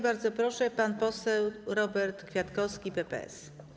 Bardzo proszę, pan poseł Robert Kwiatkowski, PPS.